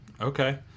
Okay